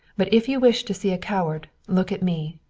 but if you wish to see a coward, look at me.